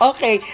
Okay